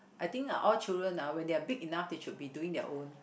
I think ah all children ah when they are big enough they should be doing their own